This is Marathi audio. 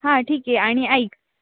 हां ठीक आहे आणि ऐक